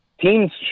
Teams